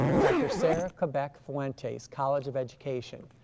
dr. sarah quebec fuentes, college of education,